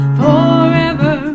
forever